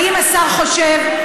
האם השר חושב,